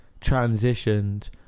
transitioned